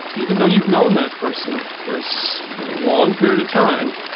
even though you've known that person for a so long period of time,